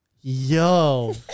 Yo